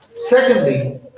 Secondly